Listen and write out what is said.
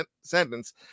sentence